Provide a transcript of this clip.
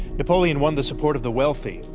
napoleon won the support of the wealthy,